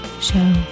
show